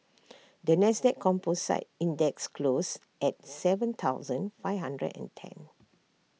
the Nasdaq composite index closed at Seven thousand five hundred and ten